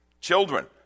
Children